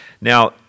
Now